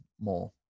more